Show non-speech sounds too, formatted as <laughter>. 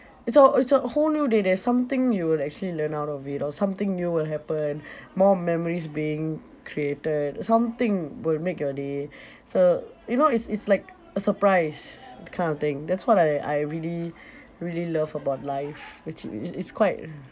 it's a it's a whole new day there's something you would actually learn out of it or something new will happen more memories being created something will make your day <breath> so you know it's it's like a surprise that kind of thing that's what I I really really love about life which i~ i~ it's quite